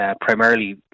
primarily